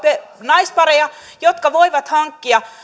naispareja jotka voivat hankkia